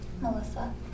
Melissa